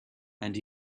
and